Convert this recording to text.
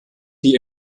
die